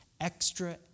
extra